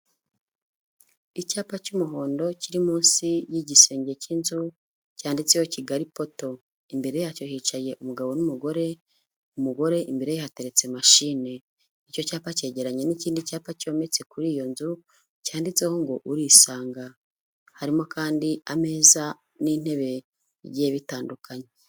Icyapa cy'umuhondo kiri munsi y'igisenge cy'inzu cyanditseho kigali poto. Imbere yacyo hicaye umugabo n'umugore, umugore imbereye hateretse machine. Icyo cyapa cyegeranye n'ikindi cyapa cyometse kuri iyo nzu cyanditseho ngo urisanga. Harimo kandi ameza n'intebe ibigiye bitandukanye.